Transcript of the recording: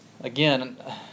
again